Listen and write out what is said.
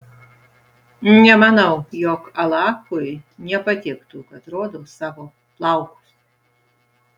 nemanau jog alachui nepatiktų kad rodau savo plaukus